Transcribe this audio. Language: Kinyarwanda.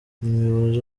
umuyobozi